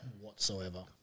whatsoever